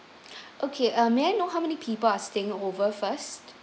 okay uh may I know how many people are staying over first